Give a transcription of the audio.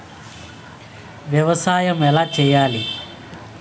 వ్యవసాయం ఎలా చేయాలి?